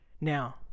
Now